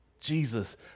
Jesus